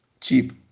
cheap